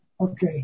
Okay